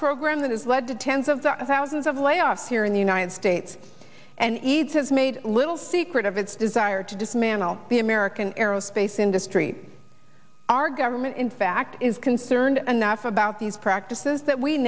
program that has led to tens of thousands of layoffs here in the united states and eads has made little secret of its desire to dismantle the american aerospace industry our government in fact is concerned enough about these practices that we